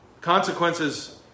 Consequences